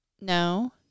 No